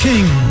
King